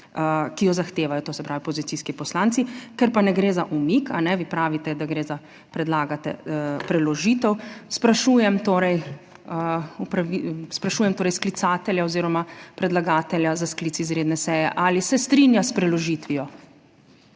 ki jo zahtevajo, to se pravi, opozicijski poslanci. Ker pa ne gre za umik, kajne, vi pravite, da gre za, predlagate preložitev, sprašujem torej, sprašujem torej sklicatelja oziroma predlagatelja za sklic izredne seje, ali se strinja s preložitvijo?